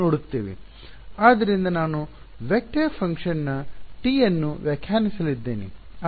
ಆದ್ದರಿಂದ ನಾನು vector function T ಅನ್ನು ವ್ಯಾಖ್ಯಾನಿಸಲಿದ್ದೇನೆ